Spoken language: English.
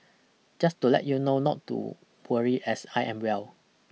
just to let you know not to worry as I am well